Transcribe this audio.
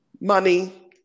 money